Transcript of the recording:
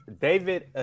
David